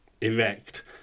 erect